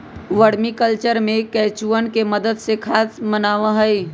vermi culture में केंचुवन के मदद से खाद बनावा हई